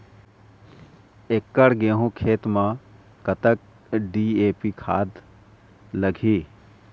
एकड़ गेहूं खेत म कतक डी.ए.पी खाद लाग ही?